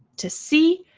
to see,